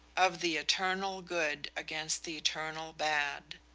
of the eternal good against the eternal bad.